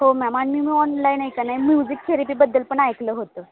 हो मॅम आणि मी ऑनलाईन आहे का नाही म्युझिक थेरेपीबद्दल पण ऐकलं होतं